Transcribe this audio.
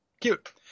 Cute